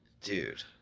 Dude